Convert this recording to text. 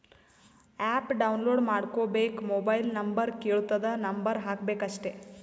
app download ಮಾಡ್ಕೋಬೇಕ್ mobile number ಕೆಳ್ತುದ್ number ಹಾಕಬೇಕ ಅಷ್ಟೇ